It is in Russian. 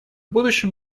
будущем